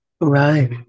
Right